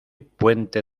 puente